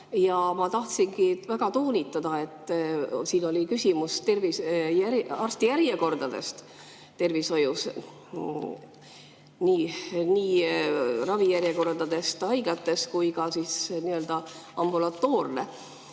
Ma tahtsingi väga toonitada, et siin oli küsimus arstijärjekordadest tervishoius, nii ravijärjekordadest haiglates kui ka ambulatoorselt.